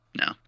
No